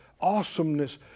awesomeness